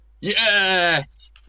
Yes